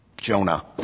Jonah